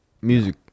Music